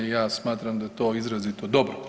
Ja smatram da je to izrazito dobro.